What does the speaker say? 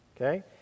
Okay